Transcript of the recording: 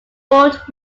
fort